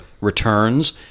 returns